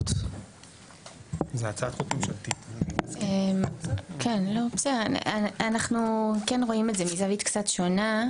אנחנו כן רואים את זה מזווית קצת שונה.